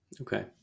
Okay